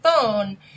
phone